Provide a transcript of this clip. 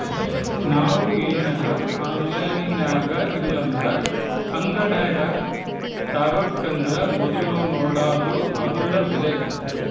ನಾವು ಏನರ ಆನ್ಲೈನಿನಾಗಇಲ್ಲಂದ್ರ ಅಂಗಡ್ಯಾಗ ತಾಬಕಂದರ ಮೊದ್ಲು ನೋಡಾದು ಅದುರ ಬೆಲೆ